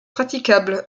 praticable